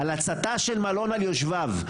על הצתה של מלון על יושביו.